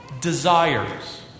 desires